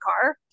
car